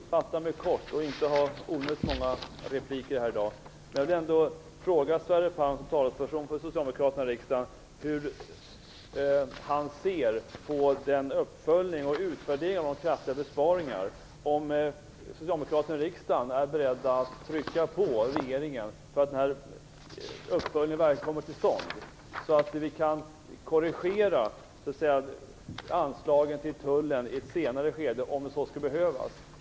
Herr talman! Jag skall också fatta mig kort och inte ha onödigt många repliker här i dag. Jag vill fråga Sverre Palm som talesperson för socialdemokraterna i riksdagen hur han ser på en uppföljning och utvärdering av de kraftiga besparingarna. Är socialdemokraterna i riksdagen beredda att trycka på regeringen så att den här uppföljningen verkligen kommer till stånd så att vi kan korrigera anslagen till Tullen i ett senare skede om så skulle behövas?